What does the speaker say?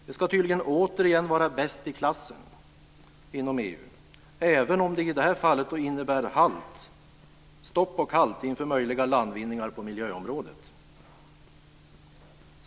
Vi ska tydligen återigen vara bäst i klassen inom EU, även om det i det här fallet innebär stopp och halt inför möjliga landvinningar på miljöområdet.